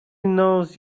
knows